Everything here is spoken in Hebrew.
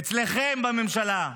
אצלכם בממשלה.